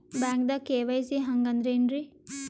ಬ್ಯಾಂಕ್ದಾಗ ಕೆ.ವೈ.ಸಿ ಹಂಗ್ ಅಂದ್ರೆ ಏನ್ರೀ?